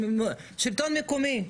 השלטון המקומי,